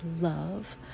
love